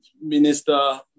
Minister